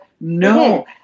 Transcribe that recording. No